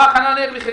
בא חנן ארבליך,